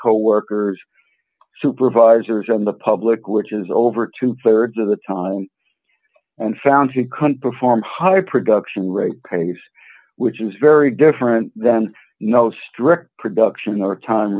coworkers supervisors and the public which is over two thirds of the time and found to cunt before high production rate kinds which is very different than no strict production or time